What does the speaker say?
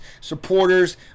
supporters